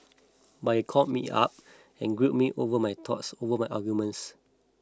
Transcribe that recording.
but he called me up and grilled me over my thoughts over my arguments